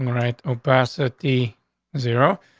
um right? opacity zero.